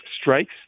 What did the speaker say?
strikes